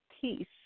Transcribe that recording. peace